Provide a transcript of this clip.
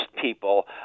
people